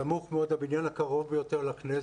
סמוך מאוד לבניין הקרוב ביותר לכנסת,